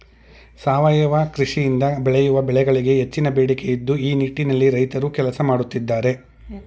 ಸಾವಯವ ಕೃಷಿಯಿಂದ ಬೆಳೆಯುವ ಬೆಳೆಗಳಿಗೆ ಹೆಚ್ಚಿನ ಬೇಡಿಕೆ ಇದ್ದು ಈ ನಿಟ್ಟಿನಲ್ಲಿ ರೈತ್ರು ಕೆಲಸ ಮಾಡತ್ತಿದ್ದಾರೆ